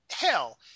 hell